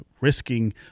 risking